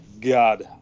God